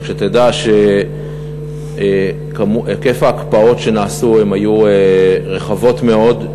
רק שתדע שהיקף ההקפאות שהיו, הן היו רחבות מאוד,